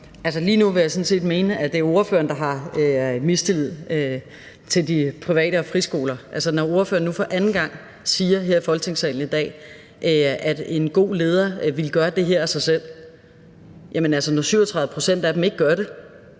Lige nu vil jeg sådan set mene, at det er ordføreren, der nærer mistillid til privatskolerne og friskolerne. Ordføreren siger nu for anden gang her i Folketingssalen i dag, at en god leder ville gøre det her af sig selv, men 37 pct. af dem gør det